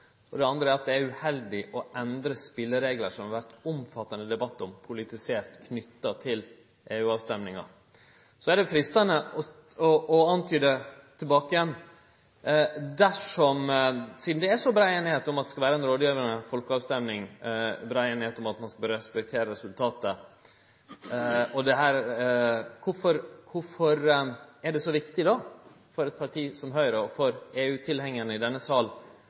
for. Det andre er at det er uheldig å endre spelereglar som det har vore omfattande debatt om, politisert, knytt til EU-avstemminga. Så er det freistande å antyde tilbake igjen: Sidan det er så brei einigheit om at ein skal respektere resultatet av ei rådgivande folkeavstemming, kvifor er det då så viktig for eit parti som Høgre og for EU-tilhengjarane i denne